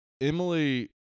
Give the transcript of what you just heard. Emily